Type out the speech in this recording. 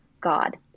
God